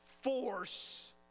force